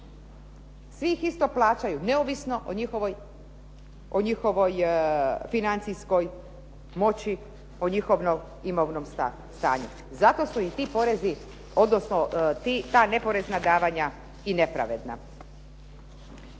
svi ih isto plaćaju neovisno o njihovoj financijskoj moći, o njihovom imovnom stanju. Zato su i ti porezi odnosno ta neporezna